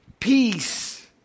Peace